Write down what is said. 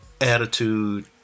attitude